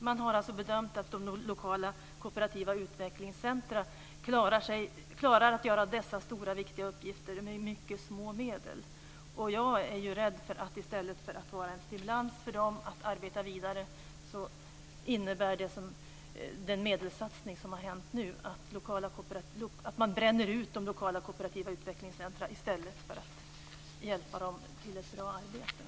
Man har alltså bedömt att de lokala kooperativa utvecklingscentrumen klarar att göra dessa stora viktiga uppgifter med mycket små medel. Jag är rädd för att i stället för att vara en stimulans för dem att arbeta vidare, innebär den medelssatsning som har gjorts att man bränner ut de lokala kooperativa utvecklingscentrumen i stället för att hjälpa dem till ett bra arbete.